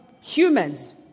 humans